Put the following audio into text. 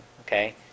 okay